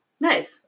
Nice